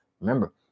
Remember